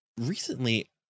Recently